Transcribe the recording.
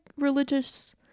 Religious